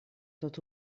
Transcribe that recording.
tot